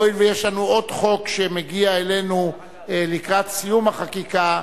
והואיל ויש לנו עוד חוק שמגיע לנו לקראת סיום החקיקה,